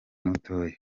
mutoya